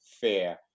fear